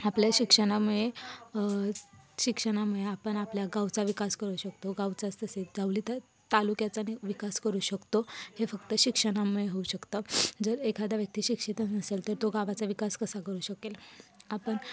आपल्या शिक्षणामुळे शिक्षनामुळे आपण आपल्या गावाचा विकास करू शकतो गावचाच तसे गावली तर तालुक्याचा बी विकास करू शकतो हे फक्त शिक्षणामुळे होऊ शकतं जर एखादा व्यक्ती शिक्षितच नसेल तर तो गावाचा विकास कसा करू शकेल आपण